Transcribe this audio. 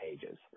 pages